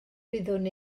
wyddwn